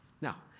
Now